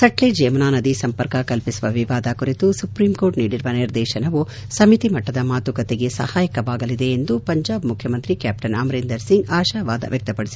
ಸಟ್ಲೇಜ್ ಯಮುನಾ ನದಿ ಸಂಪರ್ಕ ಕಲ್ಪಿಸುವ ವಿವಾದ ಕುರಿತು ಸುಪ್ರೀಂಕೋರ್ಟ್ ನೀಡಿರುವ ನಿರ್ದೇಶನವು ಸಮಿತಿ ಮಟ್ಟದ ಮಾತುಕತೆಗೆ ಸಹಾಯಕವಾಗಲಿದೆ ಎಂದು ಪಂಜಾಬ್ ಮುಖ್ಯಮಂತ್ರಿ ಕ್ಯಾಪ್ಟನ್ ಅಮರಿಂದರ್ ಸಿಂಗ್ ಆಶಾಭಾವ ವ್ಯಕ್ತಪಡಿಸಿದ್ದಾರೆ